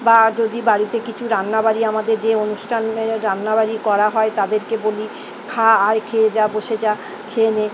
বা যদি বাড়িতে কিছু রান্নাবাড়ি আমাদের যে অনুষ্ঠানের রান্নাবাড়ি করা হয় তাদেরকে বলি খা আয় খেয়ে যা বসে যা খেয়ে নে